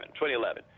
2011